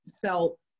felt